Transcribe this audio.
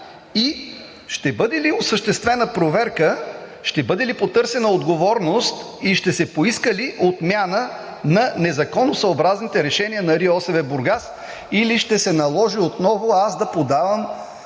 Ще бъде ли осъществена проверка, ще бъде ли потърсена отговорност и ще се поиска ли отмяна на незаконосъобразните решения на РИОСВ – Бургас, или ще се наложи отново да подавам